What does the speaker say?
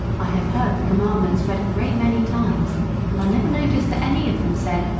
i have heard the commandments read a great many times and i never noticed that any of them said,